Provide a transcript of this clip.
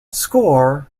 score